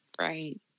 right